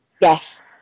Yes